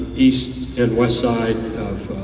east and west side of